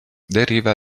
deriva